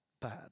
bad